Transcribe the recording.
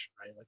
Right